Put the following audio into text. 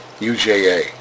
UJA